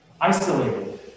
isolated